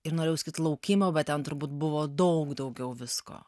ir norėjau sakyt laukimo bet ten turbūt buvo daug daugiau visko